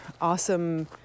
awesome